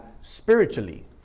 spiritually